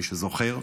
מי שזוכר,